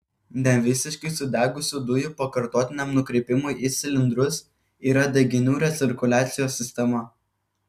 nevisiškai sudegusių dujų pakartotiniam nukreipimui į cilindrus yra deginių recirkuliacijos sistema